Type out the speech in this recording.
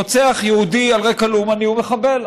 שרוצח יהודי על רקע לאומני הוא מחבל,